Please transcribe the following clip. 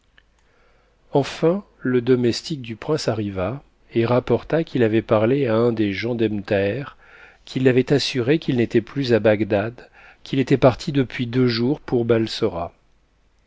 enfin le domestique du prince arriva et rapporta qu'il avait parlé à un des gens d'ebn thaher qui l'avait assuré qu'il n'était plus à bagdad p'ii était parti depuis deux jours pour